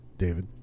David